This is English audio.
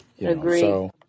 Agree